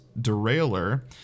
Derailer